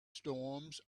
storms